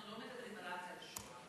אנחנו לא מדברים רק על השואה,